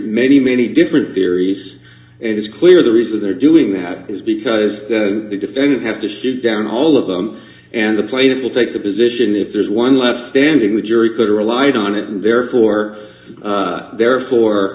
many many different theories and it's clear the reason they're doing that is because the defendant have to shoot down all of them and the plaintiff will take the position if there's one left standing the jury could relied on it and therefore therefore